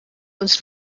uns